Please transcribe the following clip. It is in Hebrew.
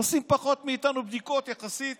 עושות פחות בדיקות מאיתנו יחסית